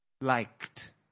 liked